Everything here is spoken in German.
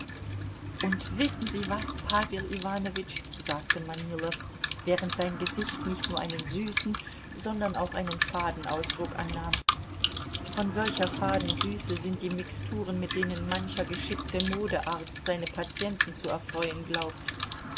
und wissen sie was pawel iwanowitsch sagte manilow während sein gesicht nicht nur einen süßen sondern auch einen faden ausdruck annahm von solcher faden süße sind die mixturen mit denen mancher geschickte modearzt seine patienten zu erfreuen glaubt